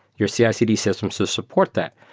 your cicd systems to support that.